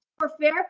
Warfare